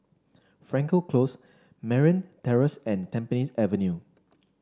Frankel Close Merryn Terrace and Tampines Avenue